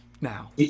now